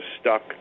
stuck